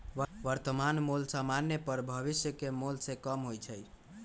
वर्तमान मोल समान्य पर भविष्य के मोल से कम होइ छइ